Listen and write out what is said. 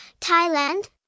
thailand